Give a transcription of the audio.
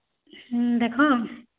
ହୁଁ ଦେଖ